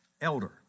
elder